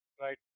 Right